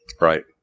Right